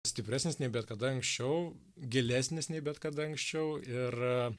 stipresnis nei bet kada anksčiau gilesnis nei bet kada anksčiau ir